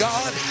God